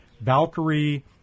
Valkyrie